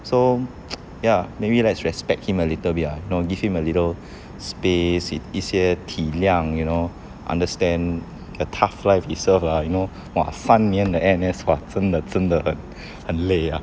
so ya maybe let's respect him a little bit ah you know give him a little space 一一些体谅 you know understand a tough life itself lah you know !wah! 三年的 N_S 真的真的很累 ah